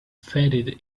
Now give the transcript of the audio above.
faded